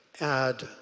add